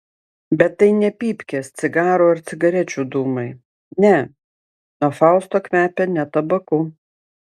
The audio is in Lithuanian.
bet tai ne pypkės cigarų ar cigarečių dūmai ne nuo fausto kvepia ne tabaku